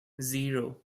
zero